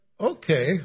okay